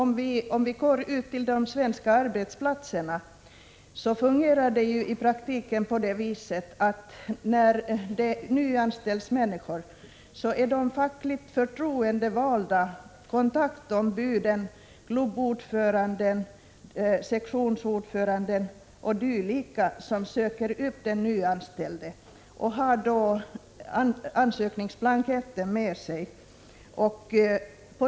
På de svenska arbetsplatserna fungerar det i praktiken så att när människor nyanställs söks de upp av fackligt förtroendevalda, kontaktombud, klubbordföranden, sektionsordföranden m.fl. som har ansökningsblanketter med sig.